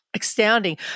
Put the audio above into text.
Astounding